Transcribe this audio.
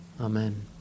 Amen